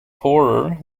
poorer